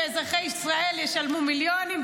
ואזרחי ישראל ישלמו מיליונים.